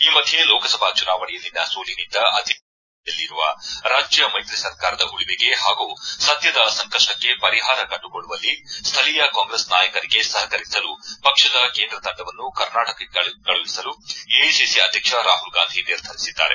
ಈ ಮಧ್ಯೆ ಲೋಕಸಭಾ ಚುನಾವಣೆಯಲ್ಲಿನ ಸೋಲಿನಿಂದ ಅಧಿಕಾರ ಕಳೆದುಕೊಳ್ಳುವ ಭೀತಿಯಲ್ಲಿರುವ ರಾಜ್ಯ ಮೈತ್ರಿ ಸರ್ಕಾರದ ಉಳಿವಿಗೆ ಹಾಗೂ ಸದ್ದದ ಸಂಕಪ್ಪಕ್ಕೆ ಪರಿಹಾರ ಕಂಡುಕೊಳ್ಳುವಲ್ಲಿ ಸ್ವೀಯ ಕಾಂಗ್ರೆಸ್ ನಾಯಕರಿಗೆ ಸಹಕರಿಸಲು ಪಕ್ಷದ ಕೇಂದ್ರ ತಂಡವನ್ನು ಕರ್ನಾಟಕಕ್ಕೆ ಕಳುಹಿಸಲು ಎಐಸಿಸಿ ಅಧ್ಯಕ್ಷ ರಾಹುಲ್ ಗಾಂಧಿ ನಿರ್ಧರಿಸಿದ್ದಾರೆ